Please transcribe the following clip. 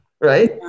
Right